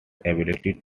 ability